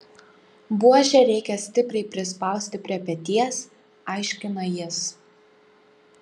buožę reikia stipriai prispausti prie peties aiškina jis